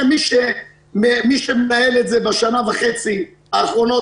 הרי מי שמנהל את זה בשנה וחצי האחרונות